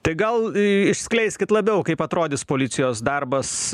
tai gal išskleiskit labiau kaip atrodys policijos darbas